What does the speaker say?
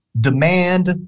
demand